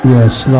Yes